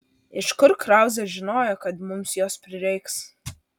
iš kur krauzė žinojo kad mums jos prireiks